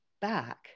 back